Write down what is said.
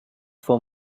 for